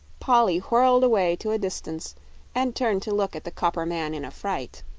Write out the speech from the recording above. polly whirled away to a distance and turned to look at the copper man in a fright.